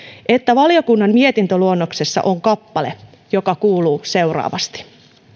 että valiokunnan mietintöluonnoksessa on kappale joka kuuluu seuraavasti